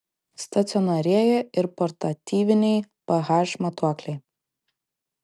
stacionarieji ir portatyviniai ph matuokliai